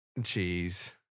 Jeez